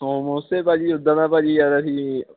ਸਮੋਸੇ ਭਾਅ ਜੀ ਉੱਦਾਂ ਤਾਂ ਭਾਅ ਜੀ ਯਾਰ ਅਸੀਂ